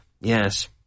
yes